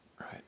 right